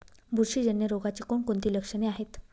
बुरशीजन्य रोगाची कोणकोणती लक्षणे आहेत?